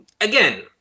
again